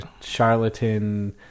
charlatan